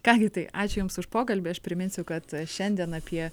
ką gi tai ačiū jums už pokalbį aš priminsiu kad šiandien apie